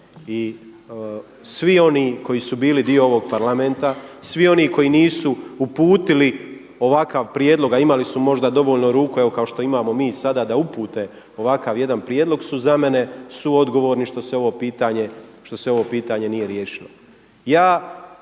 I svi oni koji su bili dio ovog Parlamenta, svi oni koji nisu uputili ovakav prijedlog a imali su možda dovoljno ruku, evo kao što imamo mi sada da upute ovakav jedan prijedlog su za mene suodgovorni što se ovo pitanje, što